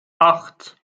acht